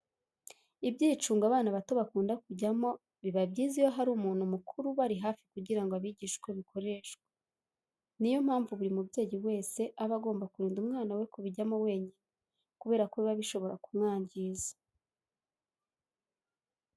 Ibyicungo abana bato bakunda kujyamo biba byiza iyo hari umuntu mukuru ubari hafi kugira ngo abigishe uko bikoreshwa. Ni yo mpamvu buri mubyeyi wese aba agomba kurinda umwana we kubijyamo wenyine kubera ko biba bishobora kumwangiza.